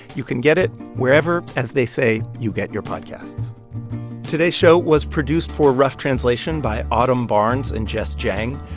you can get it wherever, as they say, you get your podcasts today's show was produced for rough translation by autumn barnes and jess jiang,